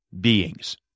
beings